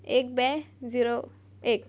એક બે ઝીરો એક